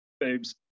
Boobs